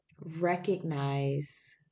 recognize